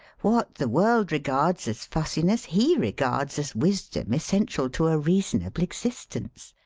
what the world regards as fussiness he regards as wisdom essential to a reasonable existence.